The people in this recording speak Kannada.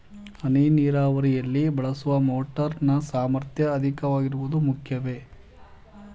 ಹನಿ ನೀರಾವರಿಯಲ್ಲಿ ಬಳಸುವ ಮೋಟಾರ್ ನ ಸಾಮರ್ಥ್ಯ ಅಧಿಕವಾಗಿರುವುದು ಮುಖ್ಯವೇ?